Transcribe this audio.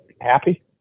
happy